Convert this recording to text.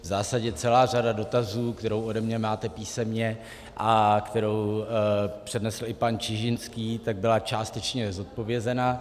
V zásadě celá řada dotazů, kterou ode mne máte písemně a kterou přednesl i pan Čižinský, byla částečně zodpovězena.